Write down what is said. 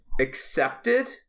accepted